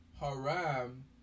Haram